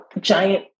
giant